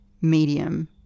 medium